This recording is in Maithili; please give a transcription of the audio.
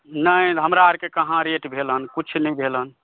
नहि हमरा आरके कहाँ रेट भेल हन कुछ नहि भेल हन